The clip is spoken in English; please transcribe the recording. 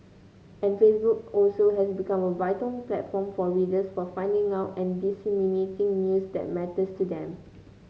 and Facebook also has become a vital platform for readers for finding out and disseminating news that matters to them